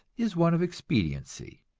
is one of expediency.